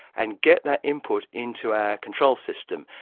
and get that input into our control system.